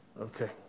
Okay